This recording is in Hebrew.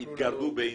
ויתגרדו באי-נוחות.